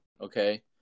Okay